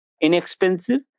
inexpensive